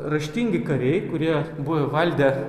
raštingi kariai kurie buvo įvaldę